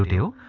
you